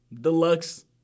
Deluxe